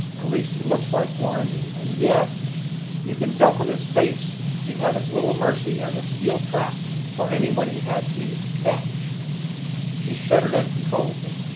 at least he looks like one and yet you can tell from his face he'd have as little mercy as a steel trap for anyone he had to catch she shuddered uncontrollably.